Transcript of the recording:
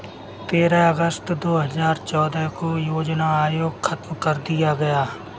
तेरह अगस्त दो हजार चौदह को योजना आयोग खत्म कर दिया गया